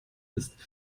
ist